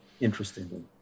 interestingly